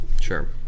Sure